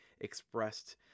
expressed